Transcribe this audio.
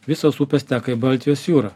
visos upės teka į baltijos jūrą